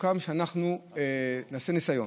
סוכם שאנחנו נעשה ניסיון.